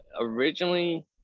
Originally